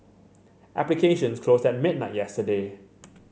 applications closed at midnight yesterday